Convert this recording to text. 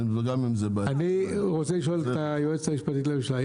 אני רוצה לשאול את היועצת המשפטית לממשלה.